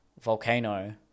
volcano